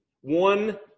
one